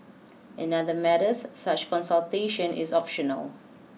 in other matters such consultation is optional